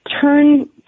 turn